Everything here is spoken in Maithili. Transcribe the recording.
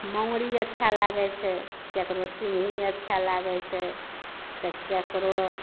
मङुरी अच्छा लागै छै केकरो सिङही अच्छा लागै छै तऽ केकरो